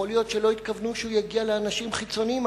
יכול להיות שלא התכוונו שהוא יגיע לאנשים חיצוניים,